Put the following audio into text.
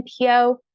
NPO